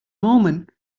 moment